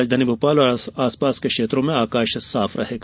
राजधानी भोपाल और आसपास के क्षेत्रों में आकाश साफ रहेगा